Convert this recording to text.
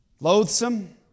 Loathsome